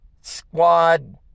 squad